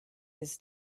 his